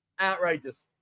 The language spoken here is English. Outrageous